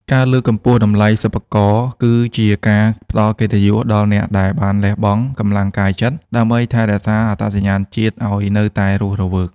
ការលើកកម្ពស់តម្លៃសិប្បករគឺជាការផ្ដល់កិត្តិយសដល់អ្នកដែលបានលះបង់កម្លាំងកាយចិត្ត ដើម្បីថែរក្សាអត្តសញ្ញាណជាតិឱ្យនៅតែរស់រវើក។